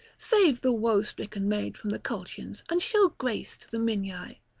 save the woe-stricken maid from the colchians and show grace to the minyae.